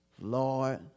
Lord